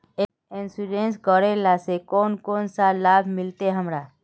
Insurance करेला से कोन कोन सा लाभ मिलते हमरा?